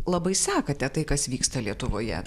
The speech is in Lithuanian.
labai sekate tai kas vyksta lietuvoje